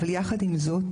אבל יחד עם זאת,